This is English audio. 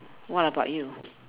what about you